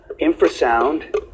Infrasound